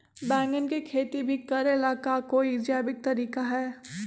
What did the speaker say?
बैंगन के खेती भी करे ला का कोई जैविक तरीका है?